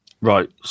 Right